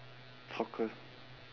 soccer